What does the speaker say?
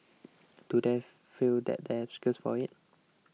do they feel they have skills for it